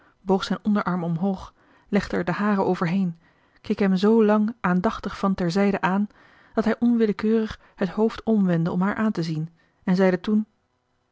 zijn onderarm omhoog legde er den hare overheen keek hem zoo lang aandachtig van ter zijde aan dat hij onwillekeurig het hoofd omwendde om haar aantezien en zeide toen